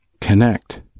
connect